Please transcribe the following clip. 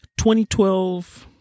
2012